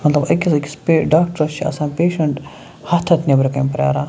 مطلب أکِس أکِس پے ڈاکٹرٛس چھِ آسان پیشَنٛٹ ہَتھ ہَتھ نیٚبرٕ کَنۍ پرٛاران